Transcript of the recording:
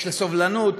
של סובלנות,